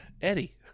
Eddie